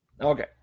Okay